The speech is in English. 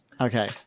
Okay